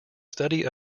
study